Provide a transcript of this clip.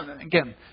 Again